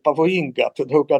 pavojinga todėl kad